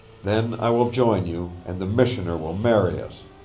then i will join you, and the missioner will marry us